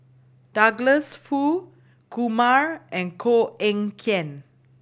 Douglas Foo Kumar and Koh Eng Kian